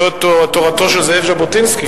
זאת תורתו של ז'בוטינסקי.